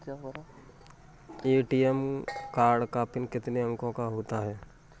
ATM card का PIN कितने अंकों का होता है?